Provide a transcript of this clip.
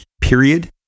period